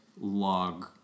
log